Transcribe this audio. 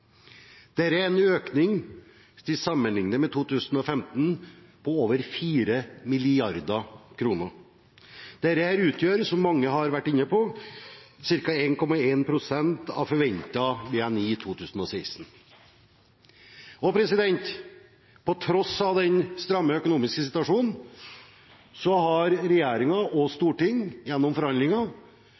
er en økning – til sammenligning med 2015 – på over 4 mrd. kr. Dette utgjør, som mange har vært inn på, ca. 1,1 pst. av forventet BNI i 2016. På tross av den stramme økonomiske situasjonen har regjering og storting – gjennom forhandlinger